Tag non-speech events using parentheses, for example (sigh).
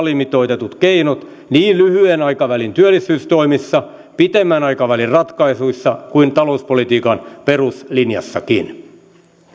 (unintelligible) alimitoitetut keinot niin lyhyen aikavälin työllisyystoimissa pidemmän aikavälin ratkaisuissa kuin talouspolitiikan peruslinjassakin